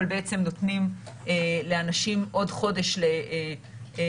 אבל בעצם נותנים לאנשים עוד חודש להחליט